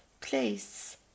place